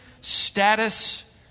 status